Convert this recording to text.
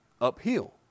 uphill